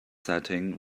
setting